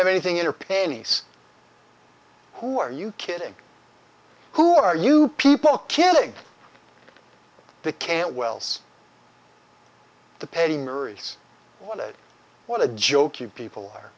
have anything in her pennies who are you kidding who are you people kidding the cantwell's the patty murray's what a what a joke you people are